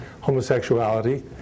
homosexuality